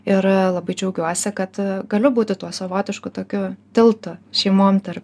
ir labai džiaugiuosi kad galiu būti tuo savotišku tokiu tiltu šeimom tarp